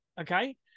Okay